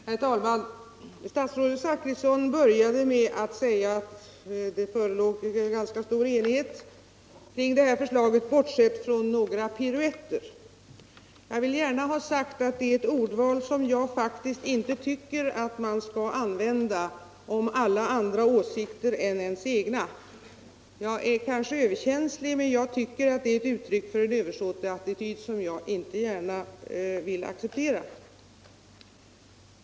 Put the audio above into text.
Herr talman! Statsrådet Zachrisson började med att säga att det förelåg ganska stor enighet kring detta förslag bortsett från några piruetter. Det är ett ordval som jag faktiskt inte tycker att man skall använda om alla andra åsikter än ens egna. Jag är kanske överkänslig, men jag tycker att det är ett uttryck för en översåtsattityd som jag inte gärna vill acceptera.